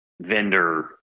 vendor